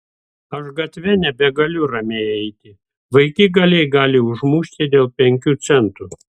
aš gatve nebegaliu ramiai eiti vaikigaliai gali užmušti dėl penkių centų